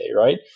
right